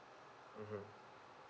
mmhmm